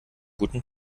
guten